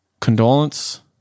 condolence